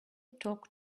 talk